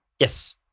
Yes